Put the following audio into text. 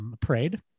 parade